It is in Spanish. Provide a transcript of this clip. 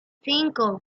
cinco